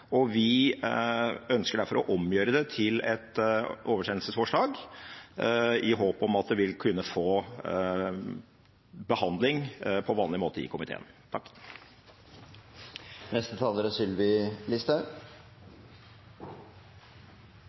Vi ønsker derfor å omgjøre det til et oversendelsesforslag, i håp om at det vil kunne få behandling på vanlig måte i komiteen.